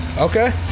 Okay